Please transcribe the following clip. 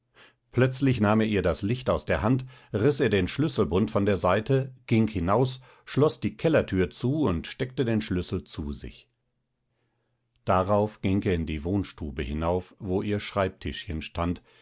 plötzlich nahm er ihr das licht aus der hand riß ihr den schlüsselbund von der seite ging hinaus schloß die kellertür zu und steckte den schlüssel zu sich darauf ging er in die wohnstube hinauf wo ihr schreibtischchen